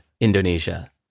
Indonesia